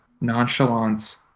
nonchalance